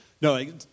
No